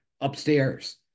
upstairs